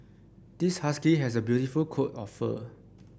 this husky has a beautiful coat of fur